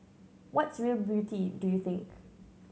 what's real beauty do you think